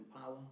power